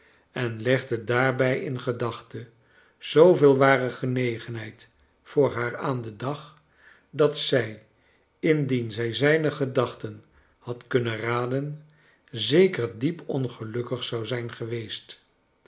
en legde daarbij in gedachte zooveel ware genegenheid voor haar aan den dag dat zij indien zij zijne gedachten had kunnen raden zeker diep ongelukkig zou zijn geweest